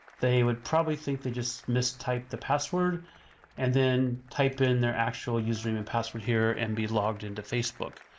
they would probably think they just miss typed the password and then type in their actual username and password here and be logged into facebook